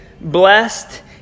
blessed